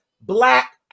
Black